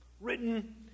written